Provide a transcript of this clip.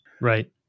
Right